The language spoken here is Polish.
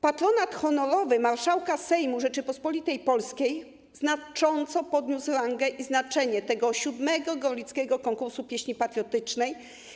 Patronat honorowy marszałka Sejmu Rzeczypospolitej Polskiej znacząco podniósł rangę i znaczenie VII Gorlickiego Konkursu Pieśni Patriotycznej.